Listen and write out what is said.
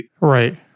Right